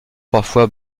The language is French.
parfois